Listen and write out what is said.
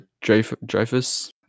Dreyfus